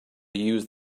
use